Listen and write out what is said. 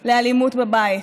לאלימות בבית.